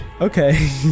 okay